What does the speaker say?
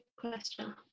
question